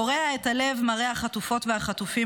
קורע את הלב מראה החטופות והחטופים